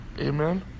Amen